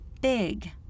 big